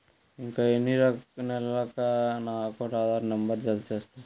ఇంకా ఎన్ని నెలలక నా అకౌంట్కు ఆధార్ నంబర్ను జత చేస్తారు?